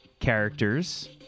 Characters